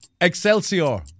Excelsior